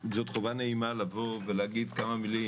זאת חובה נעימה לבוא ולהגיד כמה מילים,